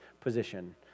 position